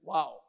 Wow